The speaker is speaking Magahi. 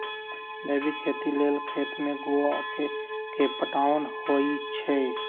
जैविक खेती लेल खेत में गोआ के पटाओंन होई छै